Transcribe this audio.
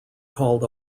called